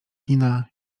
kina